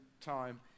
time